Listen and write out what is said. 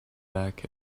back